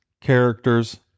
characters